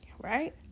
Right